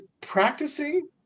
practicing